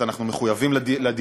התשע"ז 2017,